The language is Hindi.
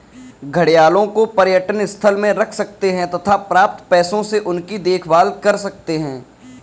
घड़ियालों को पर्यटन स्थल में रख सकते हैं तथा प्राप्त पैसों से उनकी देखभाल कर सकते है